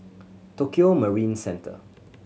Tokio Marine Centre